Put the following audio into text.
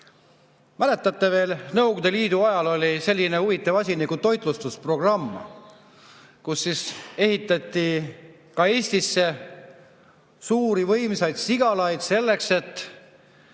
Mäletate veel, Nõukogude Liidu ajal oli selline huvitav asi nagu toitlustusprogramm. Ehitati ka Eestisse suuri võimsaid sigalaid, selleks et